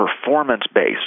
performance-based